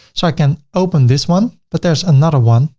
so i can open this one, but there's another one.